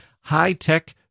high-tech